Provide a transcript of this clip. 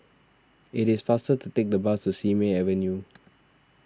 it is faster to take the bus to Simei Avenue